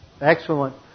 excellent